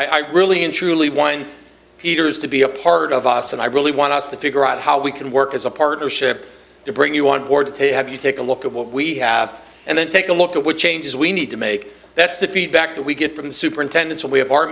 i really and truly one peter's to be a part of us and i really want us to figure out how we can work as a partnership to bring you on board to take have you take a look at what we have and then take a look at what changes we need to make that's the feedback that we get from the superintendents and we have our